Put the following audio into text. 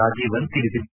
ರಾಜೀವನ್ ತಿಳಿಸಿದ್ದಾರೆ